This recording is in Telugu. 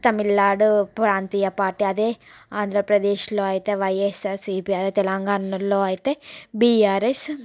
తమిళనాడు ప్రాంతీయ పార్టీ అదే ఆంధ్రప్రదేశ్లో అయితే వైఎస్ఆర్సిపి అదే తెలంగాణలో అయితే బిఆర్ఎస్